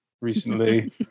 recently